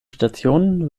stationen